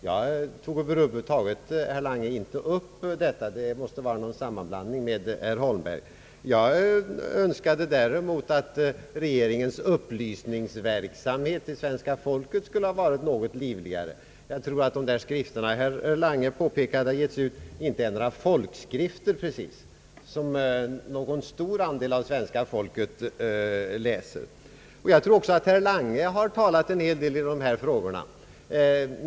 Jag tog över huvud taget, herr Lange, inte upp detta, utan det måste föreligga någon sam manblandning med herr Holmberg. Däremot önskade jag att regeringens upplysningsverksamhet till svenska folket skulle ha varit något livligare. Jag tror att de skrifter, som herr Lange påpekade hade givits ut, inte är några folkskrifter som någon stor del av svenska folket läser. Jag tror också att herr Lange har talat en hel del i dessa frågor.